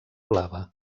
blava